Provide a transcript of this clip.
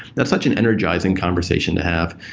that's such an energizing conversation to have.